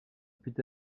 put